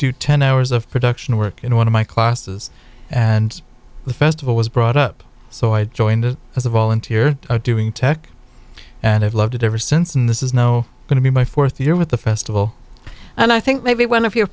do ten hours of production work in one of my classes and the festival was brought up so i joined as a volunteer doing tech and i've loved it ever since and this is no going to be my fourth year with the festival and i think maybe one of your